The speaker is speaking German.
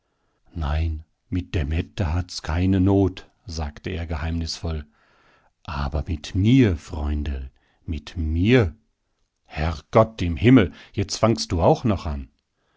nein mit der mette hat's keine not sagte er geheimnisvoll aber mit mir freunderl mit mir herrgott im himmel jetzt fangst du auch an